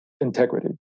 integrity